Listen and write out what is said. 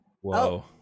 Whoa